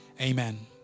Amen